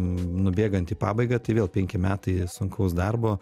nubėgant į pabaigą tai vėl penki metai sunkaus darbo